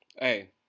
Hey